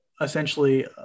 essentially